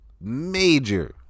major